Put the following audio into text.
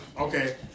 Okay